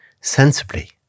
sensibly